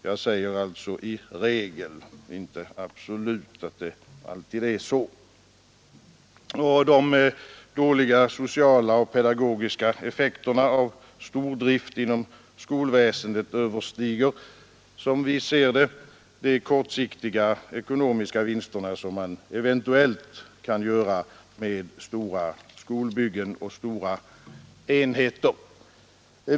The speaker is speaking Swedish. Jag säger alltså i regel — det behöver inte alltid vara så. De dåliga sociala och pedagogiska effekterna av stordrift inom skolväsendet överstiger, som vi ser det, de kortsiktiga ekonomiska vinster som eventuellt kan göras med stora skolenheter.